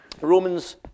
Romans